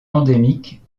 endémiques